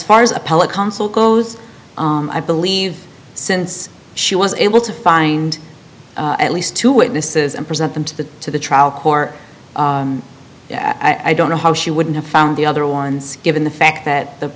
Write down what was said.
consul goes i believe since she was able to find at least two witnesses and present them to the to the trial court i don't know how she wouldn't have found the other ones given the fact that the